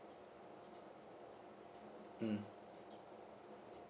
mm